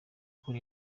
cool